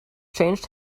changed